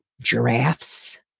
giraffes